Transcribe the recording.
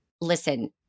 listen